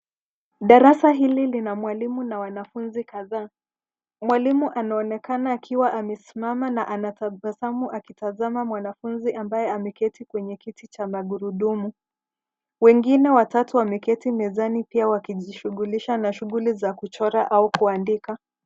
Darasa hili lina mwalimu na wanafunzi kadhaa. Mwalimu anaonekana akiwa amesimama na anatabasamu akitazama mwanafunzi ambaye ameketi kwenye kiti cha magurudumu. Wengine watatu wameketi mezani pia wakijishughulisha na shughuli za kuchora au kuandika.